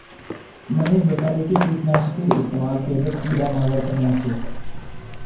मनीष बताले कि कीटनाशीर इस्तेमाल खेतत कीड़ा मारवार तने ह छे